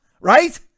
Right